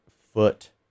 foot